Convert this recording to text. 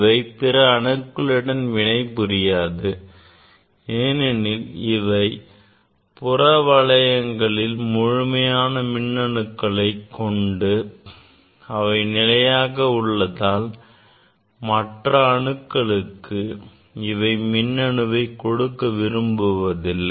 இவை பிற அணுக்களுடன் வினை புரியாது ஏனெனில் இவை புற வளையங்களில் முழுமையான மின்னணுக்களை கொண்டு அவை நிலையாக உள்ளதால் மற்ற அணுக்களுக்கு இவை மின்னணுவை கொடுக்க விரும்புவதில்லை